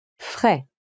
Frais